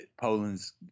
Poland's